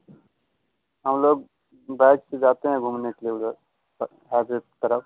हमलोग बाइक़ से जाते हैं घूमने के लिए हाईवे की तरफ़